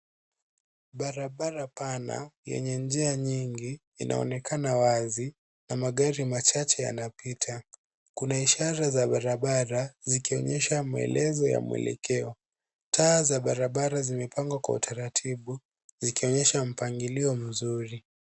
Barabara pana yenye njia nyingi, inaonekana wazi na magari machache yanapita. Kuna ishara za barabara, zikionyesha mwelezo ya mwelekeo. Taa za barabara zimepangwa kwa utaratibu zikionyesha mpangilio mzuri.